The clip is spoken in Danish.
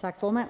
Tak, formand.